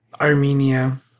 Armenia